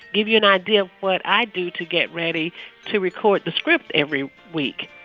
give you an idea what i do to get ready to record the script every week.